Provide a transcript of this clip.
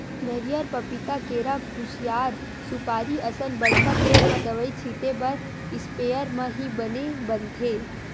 नरियर, पपिता, केरा, खुसियार, सुपारी असन बड़का पेड़ म दवई छिते बर इस्पेयर म ही बने बनथे